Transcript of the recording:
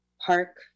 park